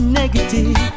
negative